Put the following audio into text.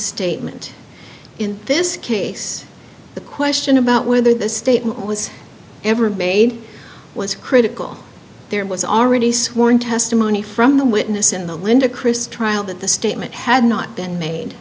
statement in this case the question about whether the statement was ever made was critical there was already sworn testimony from the witness in the linda chris trial that the statement had not been made